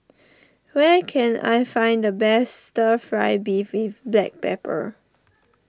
where can I find the best Stir Fry Beef with Black Pepper